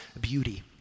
beauty